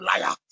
liar